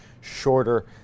shorter